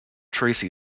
tracy